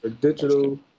digital